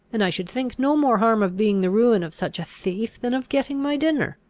and i should think no more harm of being the ruin of such a thief than of getting my dinner.